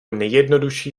nejjednodušší